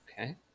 okay